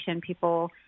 People